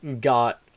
got